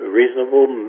reasonable